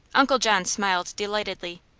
uncle john smiled delightedly.